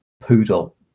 poodle